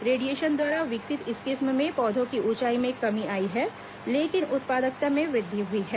radiation द्वारा विकसित इस किस्म में पौधों की ऊंचाई में कमी आई है लेकिन उत्पादकता में वृद्धि हुई है